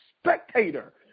spectator